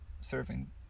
serving